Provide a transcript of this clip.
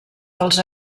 dels